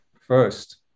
First